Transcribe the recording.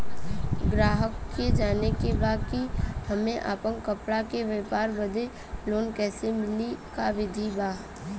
गराहक के जाने के बा कि हमे अपना कपड़ा के व्यापार बदे लोन कैसे मिली का विधि बा?